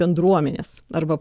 bendruomenės arba